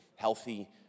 healthy